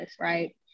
right